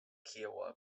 kiowa